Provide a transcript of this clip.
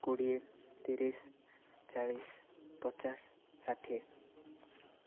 କୋଡ଼ିଏ ତିରିଶ ଚାଳିଶ ପଚାଶ ଷାଠିଏ